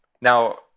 Now